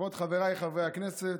כבוד חבריי חברי הכנסת,